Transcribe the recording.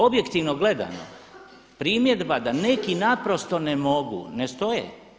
Objektivno gledano primjedba da neki naprosto ne mogu ne stoje.